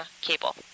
Cable